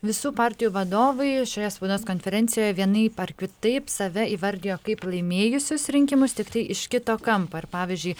visų partijų vadovai šioje spaudos konferencijoje vienaip ar kitaip save įvardijo kaip laimėjusius rinkimus tiktai iš kito kampo ir pavyzdžiui